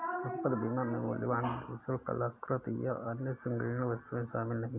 संपत्ति बीमा में मूल्यवान आभूषण, कलाकृति, या अन्य संग्रहणीय वस्तुएं शामिल नहीं हैं